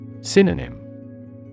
Synonym